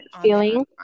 feeling